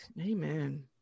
Amen